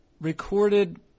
recorded